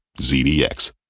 ZDX